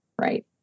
right